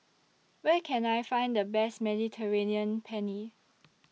Where Can I Find The Best Mediterranean Penne